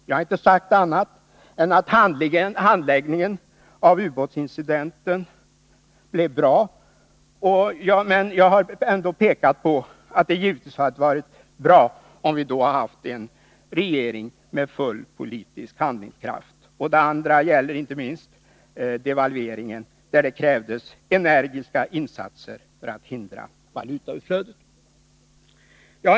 Jag har inte menat annat än att handläggningen av ubåtsincidenten blev god, men jag har ändå velat framhålla att det givetvis hade varit bra, om vi hade haft en regering med full politisk handlingskraft. Det gäller också och inte minst devalveringen, då det krävdes energiska insatser för att hindra valutautflöde.